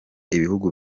ibihugu